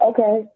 Okay